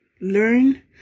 learn